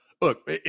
look